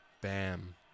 Bam